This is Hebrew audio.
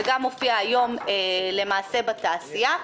זה גם מופיע היום למעשה בתעשייה.